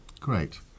Great